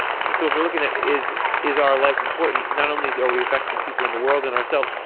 so if we're looking at, is is our life important, not only are we affecting people in the world and ourselves,